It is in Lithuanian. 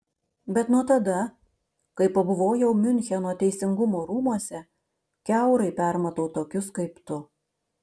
bet nuo tada kai pabuvojau miuncheno teisingumo rūmuose kiaurai permatau tokius kaip tu